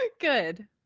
Good